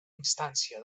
instància